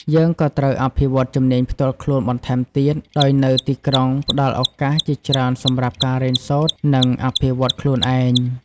យើងក៏ត្រូវអភិវឌ្ឍជំនាញផ្ទាល់ខ្លួនបន្ថែមទៀត ដោយនៅទីក្រុងផ្តល់ឱកាសជាច្រើនសម្រាប់ការរៀនសូត្រ និងអភិវឌ្ឍខ្លួនឯង។